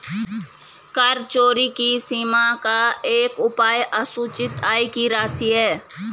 कर चोरी की सीमा का एक उपाय असूचित आय की राशि है